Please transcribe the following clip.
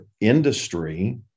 industry